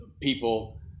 people